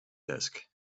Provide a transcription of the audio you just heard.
desk